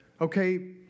Okay